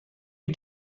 you